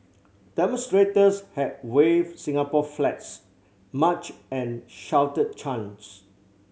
demonstrators had waved Singapore flags marched and shouted chants